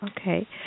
Okay